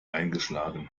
eingeschlagen